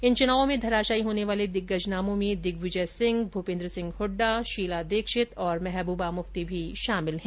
इन चुनावों में धराशायी होने वाले दिग्गज नामों में दिगविजय सिंह भूपेन्द्र सिंह हुड्डा शीला दीक्षित और महबुबा मुफ्ती भी शामिल है